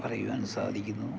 പറയുവാൻ സാധിക്കുന്നു